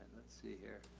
let's see here.